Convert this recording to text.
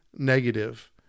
Negative